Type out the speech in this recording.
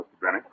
Benny